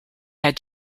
had